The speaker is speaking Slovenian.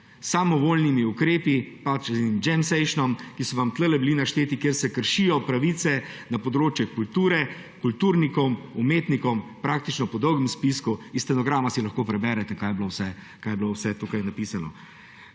samovoljnimi ukrepi, pač z jam sessionom, ki so vam bili tukaj našteti, kjer se kršijo pravice na področju kulture, kulturnikov, umetnikom. Praktično po dolgem spisku iz magnetograma si lahko preberete, kaj vse je bilo tukaj napisano.